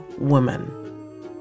woman